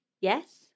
Yes